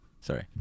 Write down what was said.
Sorry